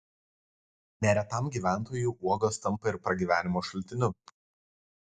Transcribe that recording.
neretam gyventojui uogos tampa ir pragyvenimo šaltiniu